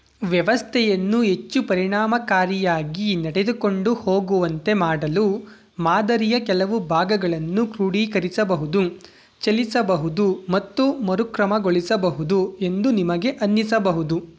ವ್ಯವಸ್ಥೆಯನ್ನು ಹೆಚ್ಚು ಪರಿಣಾಮಕಾರಿಯಾಗಿ ನಡೆದುಕೊಂಡು ಹೋಗುವಂತೆ ಮಾಡಲು ಮಾದರಿಯ ಕೆಲವು ಭಾಗಗಳನ್ನು ಕ್ರೋಡೀಕರಿಸಬಹುದು ಚಲಿಸಬಹುದು ಮತ್ತು ಮರುಕ್ರಮಗೊಳಿಸಬಹುದು ಎಂದು ನಿಮಗೆ ಅನ್ನಿಸಬಹುದು